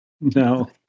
No